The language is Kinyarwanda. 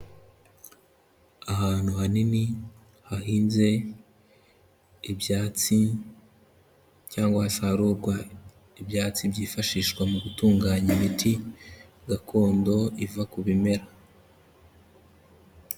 Ahantu hanini hahinze ibyatsi cyangwa hasarurwa ibyatsi byifashishwa mu gutunganya imiti gakondo iva ku bimera.